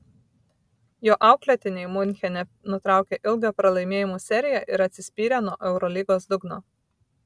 jo auklėtiniai miunchene nutraukė ilgą pralaimėjimų seriją ir atsispyrė nuo eurolygos dugno